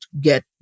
get